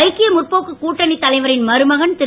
ஐக்கிய முற்போக்கு கூட்டணி தலைவரின் மருமகன் திரு